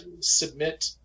submit